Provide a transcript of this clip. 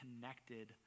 connected